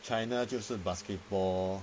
china 就是 basketball